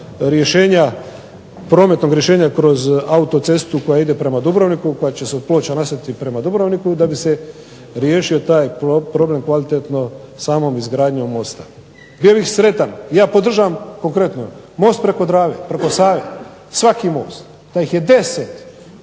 rješenja, prometnog rješenja kroz autocestu koja ide prema Dubrovniku, koja će se od Ploča …/Govornik se ne razumije./… prema Dubrovniku da bi se riješio taj problem kvalitetno samom izgradnjom mosta. Bio bih sretan, ja podržavam konkretno most preko Drave, preko Save, svaki most, da ih je 10